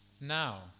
Now